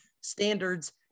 standards